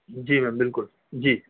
جی ma'am بالکل جی